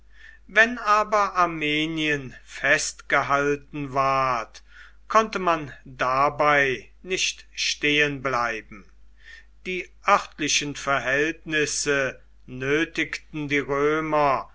wenn aber armenien festgehalten ward konnte man dabei nicht stehenbleiben die örtlichen verhältnisse nötigten die römer